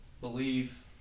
believe